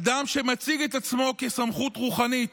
אדם שמציג את עצמו כסמכות רוחנית,